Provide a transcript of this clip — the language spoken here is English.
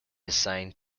assigned